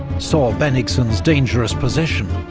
saw bennigsen's dangerous position,